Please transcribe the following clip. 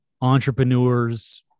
entrepreneurs